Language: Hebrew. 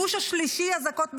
הפוש השלישי אזעקות בנהריה.